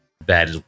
Bad